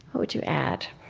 would you add,